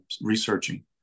researching